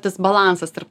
tas balansas tarp